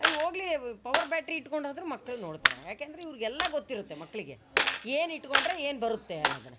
ಅಯ್ಯೋ ಹೋಗಲಿ power battery ಹಿಡ್ಕೊಂದಾದರು ಮಕ್ಳು ನೋಡ್ತಾರೆ ಯಾಕೆ ಅಂದ್ರೆ ಇವ್ರಿಗೆಲ್ಲ ಗೊತ್ತಿರುತ್ತೆ ಮಕ್ಳಿಗೆ ಏನು ಇಟ್ಗೊಂಡ್ರೆ ಏನು ಬರುತ್ತೆ ಅನ್ನೋದನ್ನು